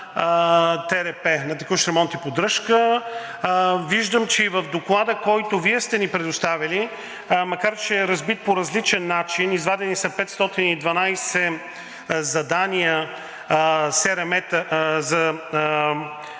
ТРП – на текущ ремонт и поддръжка. Виждам, че и в Доклада, който Вие сте ни предоставили, макар че е разбит по различен начин, извадени са 512 задания за